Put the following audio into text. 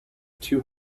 two